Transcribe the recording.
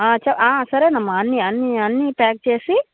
చె సరేనమ్మా అన్నీ అన్నీ అన్నీ ప్యాక్ చేసి